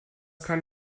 kann